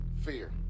Fear